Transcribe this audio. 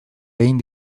egin